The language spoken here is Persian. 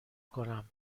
کنم